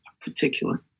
particular